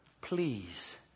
Please